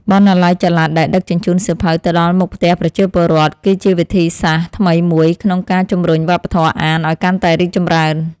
សៀវភៅរឿងនិទាន និងសៀវភៅរូបភាពជួយឱ្យកុមារតូចៗចាប់ផ្តើមមានមូលដ្ឋានគ្រឹះក្នុងការយល់ដឹងពីអក្សរសាស្ត្រខ្មែរបានកាន់តែច្បាស់។